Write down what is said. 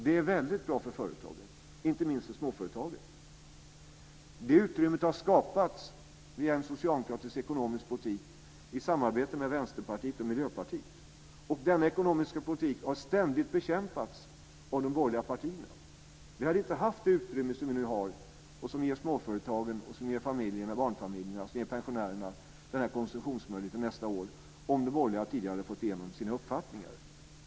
Det är väldigt bra för företagen, inte minst för småföretagen. Det utrymmet har skapats via en socialdemokratisk ekonomisk politik i samarbete med Vänsterpartiet och Miljöpartiet. Denna ekonomiska politik har ständigt bekämpats av de borgerliga partierna. Vi hade inte haft det utrymme som vi nu har och som ger småföretagen, barnfamiljerna och pensionärerna större konsumtionsmöjligheter nästa år om de borgerliga hade fått igenom sina förslag.